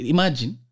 Imagine